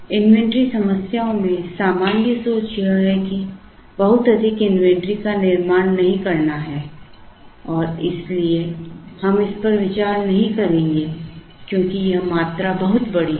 inventory समस्याओं में सामान्य सोच यह है कि बहुत अधिक इन्वेंट्री का निर्माण नहीं करना है और इसलिए हम इस पर विचार नहीं करेंगे क्योंकि यह मात्रा बहुत बड़ी मात्रा है